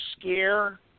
scare